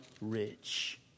rich